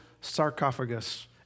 sarcophagus